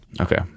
Okay